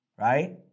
right